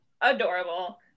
adorable